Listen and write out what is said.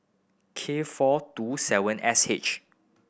K four two seven S H